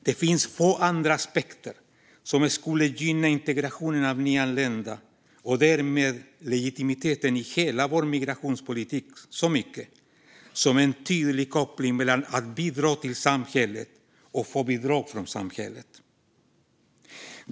Det finns få andra aspekter som skulle gynna integrationen av nyanlända och därmed legitimiteten i hela vår migrationspolitik så mycket som en tydlig koppling mellan att bidra till samhället och att få bidrag från samhället.